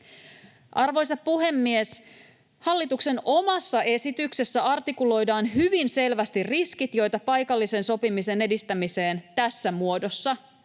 Arvoisa puhemies! Hallituksen omassa esityksessä artikuloidaan hyvin selvästi riskit, joita paikallisen sopimisen edistämiseen tässä muodossa liittyy.